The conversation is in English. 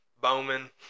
Bowman